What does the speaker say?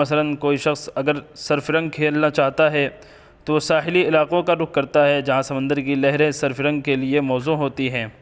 مثلاً کوئی شخص اگر سرفرنگ کھیلنا چاہتا ہے تو وہ ساحلی علاقوں کا رخ کرتا ہے جہاں سمندر کی لہریں سرفرنگ کے لیے موزوں ہوتی ہیں